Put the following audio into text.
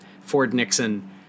Ford-Nixon